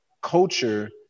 culture